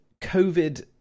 COVID